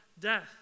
death